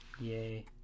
Yay